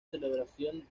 celebración